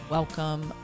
Welcome